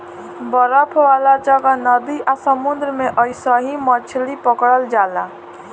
बरफ वाला जगह, नदी आ समुंद्र में अइसही मछली पकड़ल जाला